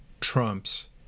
Trump's